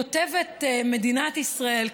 כותבת מדינת ישראל,